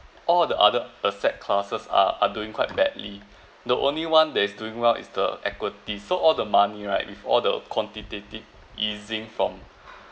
all the other asset classes are are doing quite badly the only one that is doing well is the equity so all the money right with all the quantitative easing from